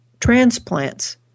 transplants